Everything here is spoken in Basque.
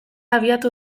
abiatu